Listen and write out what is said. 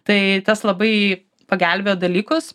tai tas labai pagelbėjo dalykus